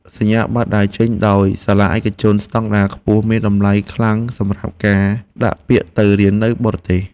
សញ្ញាបត្រដែលចេញដោយសាលាឯកជនស្តង់ដារខ្ពស់មានតម្លៃខ្លាំងសម្រាប់ការដាក់ពាក្យទៅរៀននៅបរទេស។